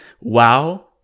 wow